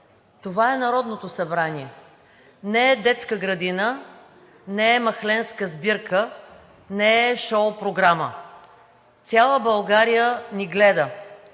Това е Народното събрание, не е детска градина, не е махленска сбирка, не е шоу програма. Цяла България ни гледа.